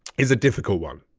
is a difficult one.